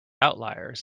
outliers